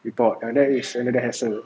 report ah that is another hassle